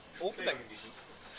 openings